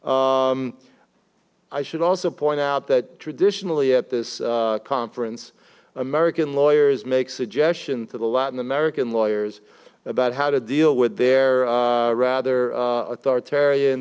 i should also point out that traditionally at this conference american lawyers make suggestion to the latin american lawyers about how to deal with their rather authoritarian